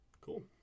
Cool